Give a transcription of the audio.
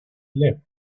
left